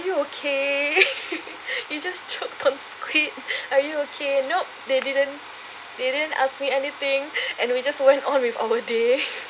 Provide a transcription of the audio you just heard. you okay you just choke on squid are you okay nope they didn't they didn't asked me anything and we just went on with our day